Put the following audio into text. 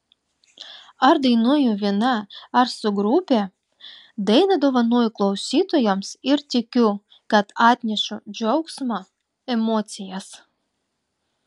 ar dainuoju viena ar su grupe dainą dovanoju klausytojams ir tikiu kad atnešu džiaugsmą emocijas